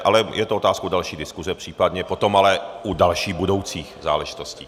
Ale je to otázkou další diskuse případně potom ale u dalších, budoucích záležitostí.